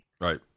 Right